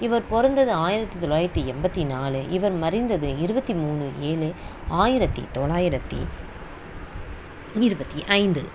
இவர் பிறந்தது ஆயிரத்தி தொள்ளாயிரத்தி எண்பத்தி நாலு இவர் மறைந்தது இருபத்தி மூணு ஏழு ஆயிரத்தி தொள்ளாயிரத்தி இருபத்தி ஐந்து